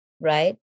right